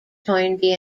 toynbee